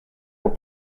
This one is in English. were